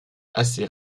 assez